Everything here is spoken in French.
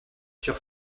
sur